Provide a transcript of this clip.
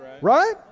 Right